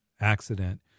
accident